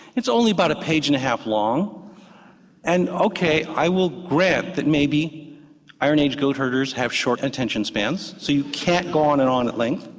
it's only about a page and a half long and ok i will grant that maybe iron age goat herders have short attention spans, so you can't go on and on at length.